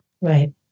Right